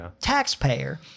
taxpayer